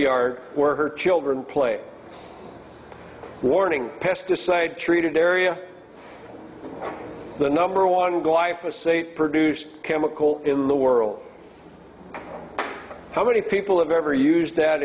yard where her children play warning pesticide treated area the number one goal life a state produce chemical in the world how many people have ever used that